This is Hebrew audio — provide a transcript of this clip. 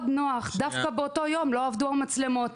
נוח דווקא באותו יום לא עבדו המצלמות?